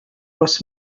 was